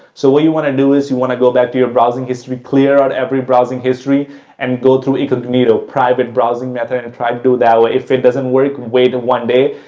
so, what you want to do is you want to go back to your browsing history, clear on every browsing history and go through incognito private browsing method and try to do that. if it doesn't work, wait one day,